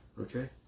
Okay